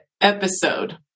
episode